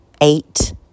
Eight